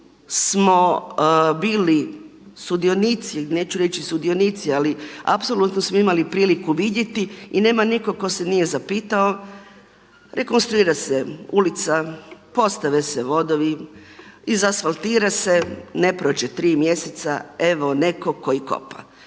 smo bili sudionici, neću reći sudionici, ali apsolutno smo imali priliku vidjeti i nema nitko tko se nije zapitao, rekonstruira se ulica, postave se vodovi, izasfaltira se, ne prođe tri mjeseca evo nekog koji kopa.